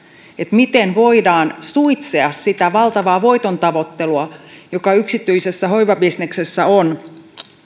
miten voidaan suitsia sitä valtavaa voitontavoittelua joka yksityisessä hoivabisneksessä on ja